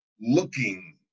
looking